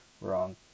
wrong